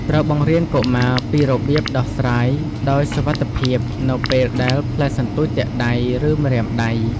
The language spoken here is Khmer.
ត្រូវបង្រៀនកុមារពីរបៀបដោះស្រាយដោយសុវត្ថិភាព នៅពេលដែល ផ្លែសន្ទូចទាក់ដៃ ឬម្រាមដៃ។